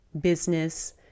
business